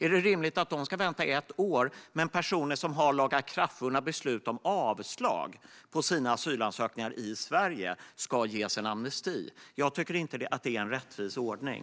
Är det rimligt att de ska vänta i ett år medan personer som har lagakraftvunna beslut om avslag på sina asylansökningar i Sverige ska ges en amnesti? Jag tycker inte att det är en rättvis ordning.